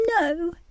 No